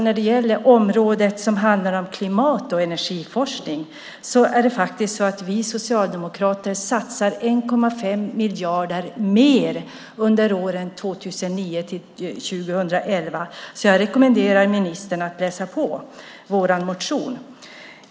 När det gäller området som handlar om klimat och energiforskning satsar vi socialdemokrater faktiskt 1,5 miljarder mer under 2009-2011. Jag rekommenderar alltså ministern att läsa på vår motion.